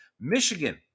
Michigan